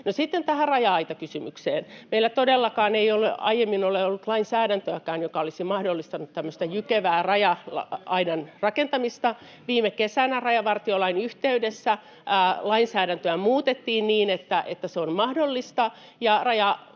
sitten tähän raja-aitakysymykseen. Meillä todellakaan ei ole aiemmin ollut lainsäädäntöäkään, joka olisi mahdollistanut tämmöisen jykevän raja-aidan rakentamisen. [Perussuomalaisen ryhmästä: Nyt on!] Viime kesänä rajavartiolain yhteydessä lainsäädäntöä muutettiin niin, [Juha